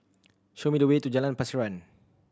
show me the way to Jalan Pasiran